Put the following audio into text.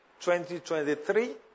2023